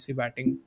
batting